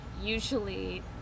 usually